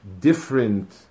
different